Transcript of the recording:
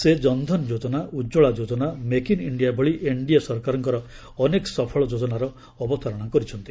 ସେ ଜନ୍ ଧନ୍ ଯୋଜନା ଉତ୍କଳା ଯୋଜନା ମେକ୍ ଇନ୍ ଇଣ୍ଡିଆ ଭଳି ଏନ୍ଡିଏ ସରକାରଙ୍କର ଅନେକ ସଫଳ ଯୋଜନାର ଅବତାରଣା କରିଚନ୍ତି